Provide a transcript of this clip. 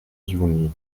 juni